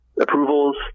approvals